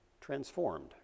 transformed